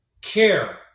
care